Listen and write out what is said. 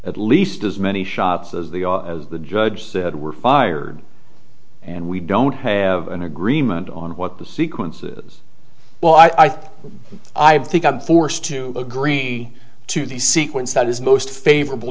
at least as many shots as the the judge said were fired and we don't have an agreement on what the sequences well i think i would think i'm forced to agree to the sequence that is most favorable